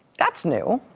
that's new.